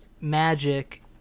magic